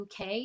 UK